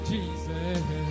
Jesus